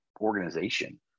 organization